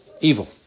evil